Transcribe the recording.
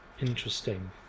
interesting